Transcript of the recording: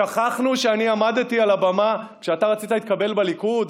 שכחנו שאני עמדתי על הבמה כשאתה רצית להתקבל בליכוד,